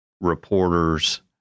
reporters